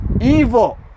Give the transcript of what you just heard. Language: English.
evil